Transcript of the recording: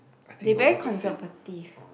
they very conservative